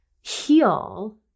heal